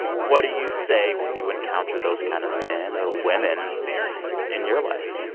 what do you say when you encounter those kind of men or women in your life?